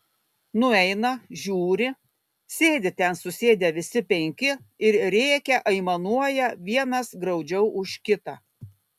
nueina žiūri sėdi ten susėdę visi penki ir rėkia aimanuoja vienas graudžiau už kitą